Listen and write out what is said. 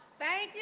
by